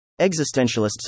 Existentialists